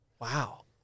Wow